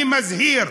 אני מזהיר.